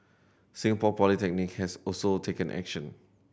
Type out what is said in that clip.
Singapore Polytechnic has also taken action